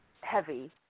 heavy